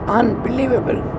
unbelievable